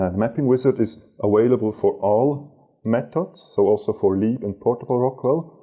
ah mapping wizard is available for all methods, so also for leeb and portable rockwell.